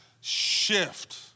shift